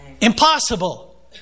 Impossible